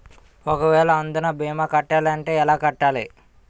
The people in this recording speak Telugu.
ఒక వేల అందునా భీమా కట్టాలి అంటే ఎలా కట్టాలి?